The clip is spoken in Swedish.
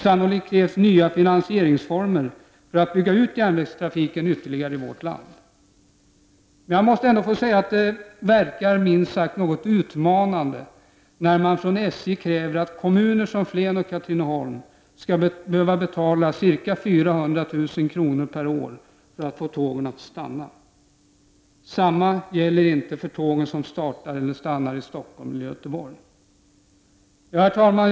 Sannolikt krävs nya finansieringsformer för att ytterligare bygga ut järnvägstrafiken i vårt land. Men jag måste ändå få säga att det verkar minst sagt utmanande när SJ kräver att kommuner som Flen och Katrineholm skall behöva betala ca 400 000 kr. för att få tågen på stambanan att stanna. Något motsvarande gäller inte för de tåg som startar eller stannar i Stockholm eller Göteborg. Herr talman!